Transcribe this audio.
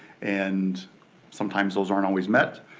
and sometimes those aren't always met,